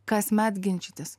kasmet ginčytis